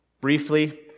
briefly